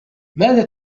ماذا